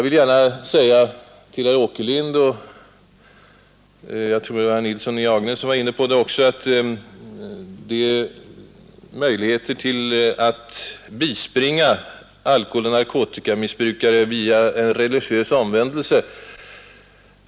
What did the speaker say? Herr Åkerlind och herr Nilsson i Agnäs berörde möjligheterna att bispringa alkoholoch narkotikamissbrukare via en religiös omvändelse.